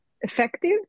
effective